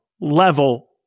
level